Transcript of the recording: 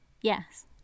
Yes